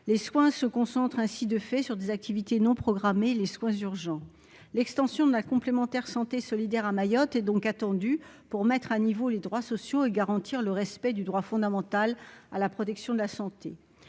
les soins se concentre ainsi de fait sur des activités non programmés les soins urgents : l'extension de la complémentaire santé solidaire à Mayotte est donc attendu pour mettre à niveau les droits sociaux et garantir le respect du droit fondamental à la protection de la santé,